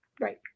right